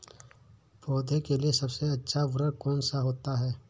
पौधे के लिए सबसे अच्छा उर्वरक कौन सा होता है?